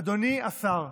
אדוני השר.